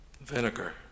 Vinegar